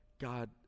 God